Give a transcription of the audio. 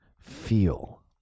feel